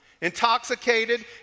intoxicated